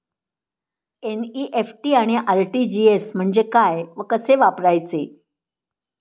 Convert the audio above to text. NEFT आणि RTGS म्हणजे काय व कसे वापरायचे?